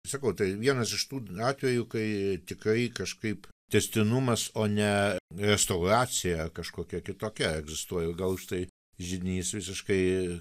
sakau tai vienas iš tų atvejų kai tikrai kažkaip tęstinumas o ne restauracija kažkokia kitokia egzistuoja gal štai žynys visiškai